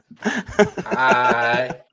Hi